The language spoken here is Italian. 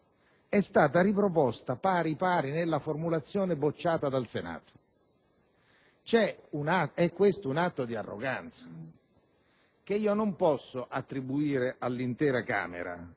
è stata riproposta pari pari nella formulazione bocciata dal Senato. È, questo, un atto di arroganza, che non posso attribuire all'intera Camera,